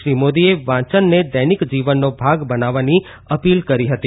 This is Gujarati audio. શ્રી મોદીએ વાંચનને દૈનિક જીવનનો ભાગ બનાવવાની અપીલ કરી હતી